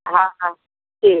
हाँ हाँ ठीक